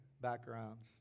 backgrounds